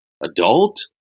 adult